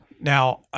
Now